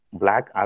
black